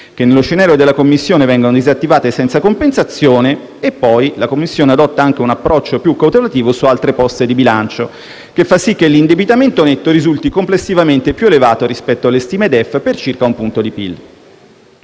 che nello scenario della Commissione vengono disattivate senza compensazione; inoltre la Commissione adotta un approccio più cautelativo su altre poste di bilancio, che fa sì che l'indebitamento netto risulti complessivamente più elevato rispetto alle stime del DEF di circa 1 punto di PIL.